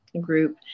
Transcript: group